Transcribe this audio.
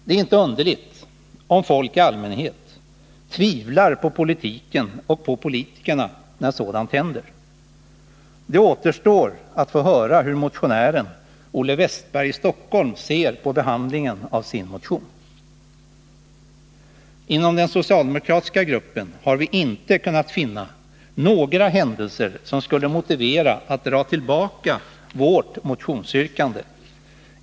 Det är inte underligt om folk i allmänhet tvivlar på politiken och politikerna när sådant händer. Det återstår att få höra hur motionären, Olle Wästberg i Stockholm, ser på behandlingen av sin motion. Inom den socialdemokratiska gruppen har vi inte kunnat finna några händelser som skulle motivera ett tillbakadragande av vårt motionsyrkande.